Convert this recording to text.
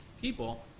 people